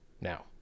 Now